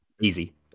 easy